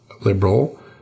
liberal